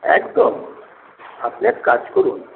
একদম আপনি এক কাজ করুন